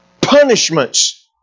punishments